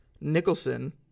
Nicholson